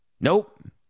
Nope